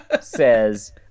says